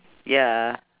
ya